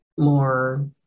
more